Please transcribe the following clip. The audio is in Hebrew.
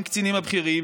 עם קצינים בכירים,